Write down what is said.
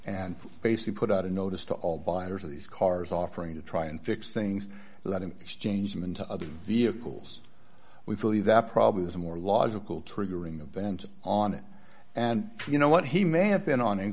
and basically put out a notice to all buyers of these cars offering to try and fix things so that in exchange them into other vehicles we believe that probably is more logical triggering the vent on it and you know what he may have been on